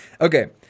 Okay